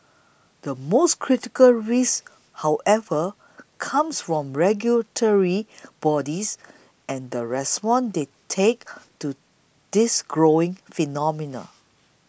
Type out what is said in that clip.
the most critical risk however comes from regulatory bodies and the response they take to this growing phenomenon